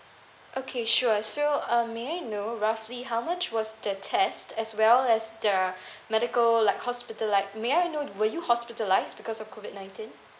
okay sure so um may I know roughly how much was the test as well as the medical like hospital like may I know were you hospitalised because of COVID nineteen